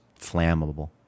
flammable